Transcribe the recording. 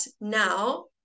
now